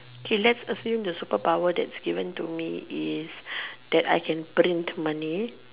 okay let's assume the superpower that's given to me is that I can print money